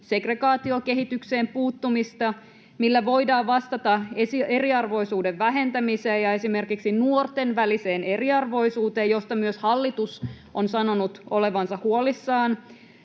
segregaatiokehitykseen puuttumista, millä voidaan vastata eriarvoisuuden vähentämiseen ja esimerkiksi nuorten väliseen eriarvoisuuteen, josta myös hallitus on sanonut olevansa huolissaan.